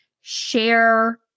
share